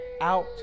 out